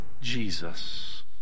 Jesus